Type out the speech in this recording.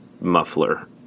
muffler